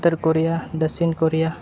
ᱩᱛᱛᱚᱨ Korea ᱫᱚᱠᱥᱤᱱ Korea